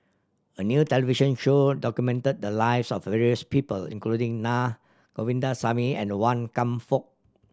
a new television show documented the lives of various people including Na Govindasamy and Wan Kam Fook